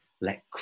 let